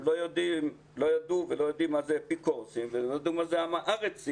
הם לא ידעו ולא יודעים מה זה אפיקורסים ולא ידעו מה זה עם הארצים,